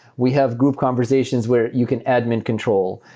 we have group conversations where you can admin control.